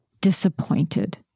disappointed